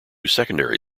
secondary